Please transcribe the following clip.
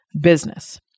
business